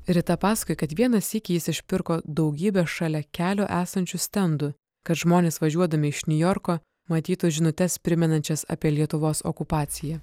rita pasakoja kad vieną sykį jis išpirko daugybę šalia kelio esančių stendų kad žmonės važiuodami iš niujorko matytų žinutes primenančias apie lietuvos okupaciją